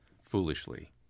foolishly